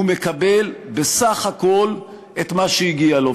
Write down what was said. הוא מקבל בסך הכול את מה שהגיע לו.